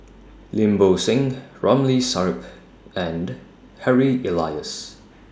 Lim Bo Seng Ramli Sarip and Harry Elias